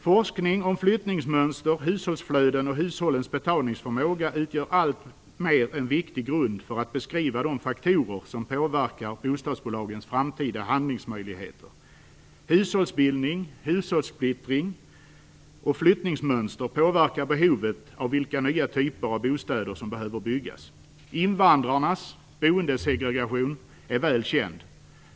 Forskning om flyttningsmönster, hushållsflöden och hushållens betalningsförmåga blir en allt viktigare grund för att beskriva de faktorer som påverkar bostadsbolagens framtida handlingsmöjligheter. Hushållsbildning, hushållssplittring och flyttningsmönster påverkar behovet av vilka nya typer av bostäder som behöver byggas. Invandrarnas boendesegregation är välkänd.